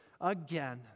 again